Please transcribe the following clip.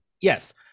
yes